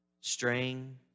straying